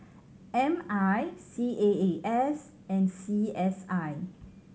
M I C A A S and C S I